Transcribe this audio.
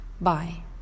Bye